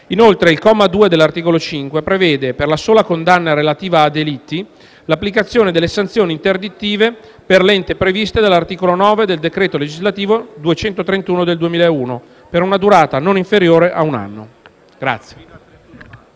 Inoltre, il comma 2 dell'articolo 5 prevede, per la sola condanna relativa a delitti, l'applicazione delle sanzioni interdittive per l'ente previste dall'articolo 9 del decreto legislativo n. 231 del 2001 per una durata non inferiore a un anno.